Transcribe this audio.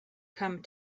come